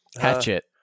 Hatchet